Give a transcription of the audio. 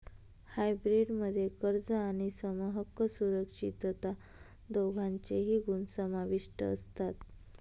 hybrid मध्ये कर्ज आणि समहक्क सुरक्षितता दोघांचेही गुण समाविष्ट असतात